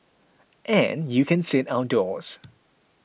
and you can sit outdoors